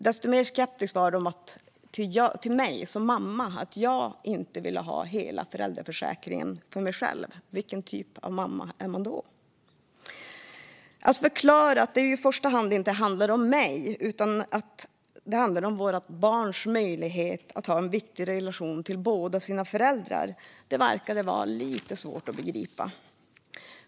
Desto mer skeptiska var de till mig - att jag som mamma inte ville ha hela föräldraförsäkringen för mig själv. Vilken typ av mamma är man då? Jag förklarade att det ju inte i första hand handlade om mig utan om vårt barns möjligheter att ha en viktig relation till båda sina föräldrar. Det verkade vara lite svårt att begripa.